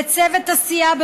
לצוות הסיעה,